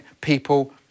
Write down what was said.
people